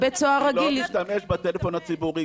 בבית סוהר רגיל --- אני לא משתמש בטלפון הציבורי,